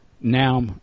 Now